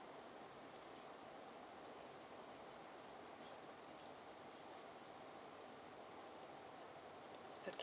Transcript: okay